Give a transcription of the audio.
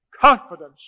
confidence